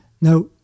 Now